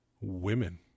women